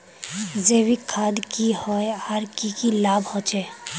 जैविक खाद की होय आर की की लाभ होचे?